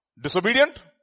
disobedient